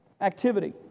activity